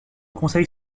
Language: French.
conseil